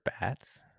bats